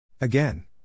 Again